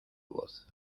voz